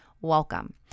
Welcome